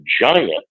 giant